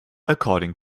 according